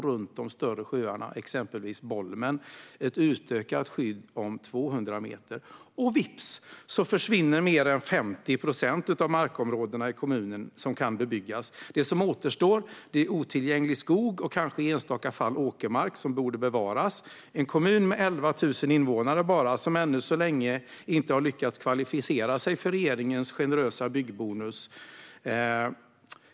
Runt de större sjöarna, exempelvis Bolmen, gäller ett utökat skydd om 200 meter. Vips försvinner alltså mer än 50 procent av markområdena i kommunen som kan bebyggas! Det som återstår är otillgänglig skog och kanske i enstaka fall åkermark, som borde bevaras. Detta är en kommun med bara 11 000 invånare, som ännu så länge inte har lyckats kvalificera sig för regeringens generösa byggbonus.